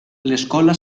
l’escola